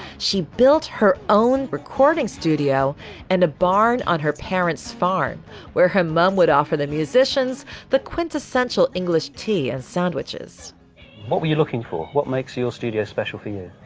she built her own recording studio and a barn on her parents farm where her mom would offer the musicians the quintessential english tea as sandwiches what were you looking for? what makes your studio special for you?